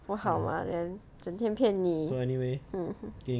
不好 mah then 整天骗你